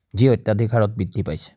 যি অত্যাধিক হাৰত বৃদ্ধি পাইছে